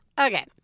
Okay